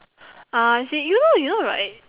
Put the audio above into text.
ah I see you know you know right